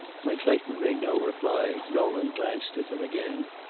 when clayton made no reply nolan glanced at him again.